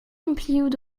implijout